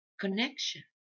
connection